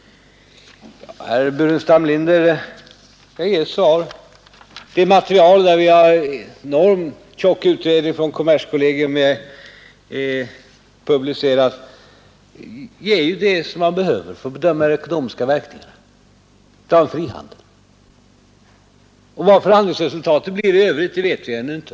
Herr Burenstam Linder åberopade bl.a. den mycket omfattande utredning som kommerskollegium har publicerat. Där finns det material som behövs för att bedöma de ekonomiska verkningarna av frihandel. Vad förhandlingsresultatet blir i övrigt vet vi ännu inte.